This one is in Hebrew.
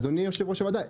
אדוני יושב ראש הוועדה,